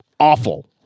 awful